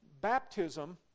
baptism